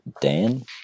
Dan